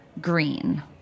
green